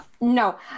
no